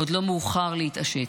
עוד לא מאוחר להתעשת.